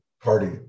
party